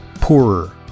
Poorer